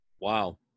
Wow